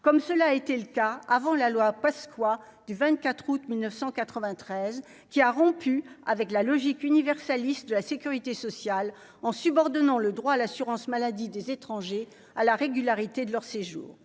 comme cela a été le cas avant la loi Pasqua du 24 août 1993 qui a rompu avec la logique universaliste de la sécurité sociale en subordonnant le droit à l'assurance maladie des étrangers à la régularité de leur séjour,